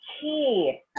key